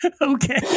Okay